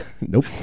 Nope